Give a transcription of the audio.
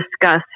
discuss